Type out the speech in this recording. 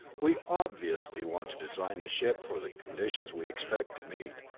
we obviously want to design the ship for the conditions we expect to meet,